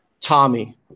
Tommy